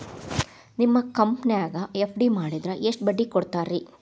ನಿಮ್ಮ ಕಂಪನ್ಯಾಗ ಎಫ್.ಡಿ ಮಾಡಿದ್ರ ಎಷ್ಟು ಬಡ್ಡಿ ಕೊಡ್ತೇರಿ?